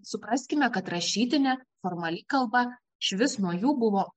supraskime kad rašytinė formali kalba išvis nuo jų buvo